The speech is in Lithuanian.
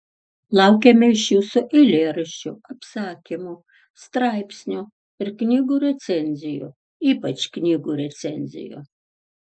laukiame iš jūsų eilėraščių apsakymų straipsnių ir knygų recenzijų ypač knygų recenzijų